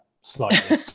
slightly